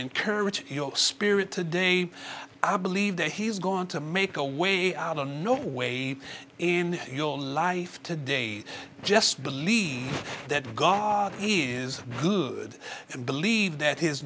encourage your spirit today i believe that he's gone to make a way out of no way in your life today just believe that god is good and believe that his